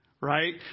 right